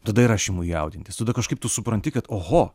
tada ir aš imu jaudintis tada kažkaip tu supranti kad oho